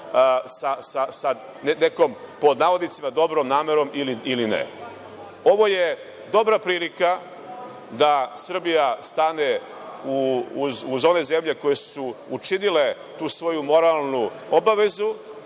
sa nekom pod navodnicima dobrom namerom ili ne. Ovo je dobra prilika da Srbija stane uz ove zemlje koje su učinile tu svoju moralnu obavezu,